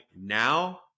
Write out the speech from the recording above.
now